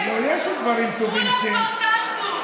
כולם כבר טסו.